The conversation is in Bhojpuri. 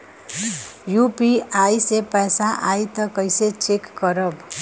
यू.पी.आई से पैसा आई त कइसे चेक खरब?